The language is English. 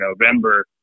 November